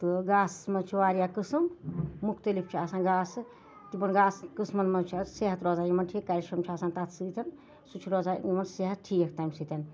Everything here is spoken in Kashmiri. تہٕ گاسَس مَنٛز چھِ واریاہ قٕسٕم مُختَلِف چھِ آسان گاسہٕ تِمَن گاسہٕ قٕسمَن مَنٛز چھُ صحت روزان یِمَن ٹھیٖک کیٚلشَم چھُ آسان تَتھ سۭتۍ سُہ چھُ صحت روزان یِمَن صحت ٹھیٖک تمہِ سۭتۍ